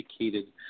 educated